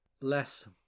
less